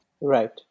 Right